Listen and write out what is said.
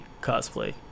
cosplay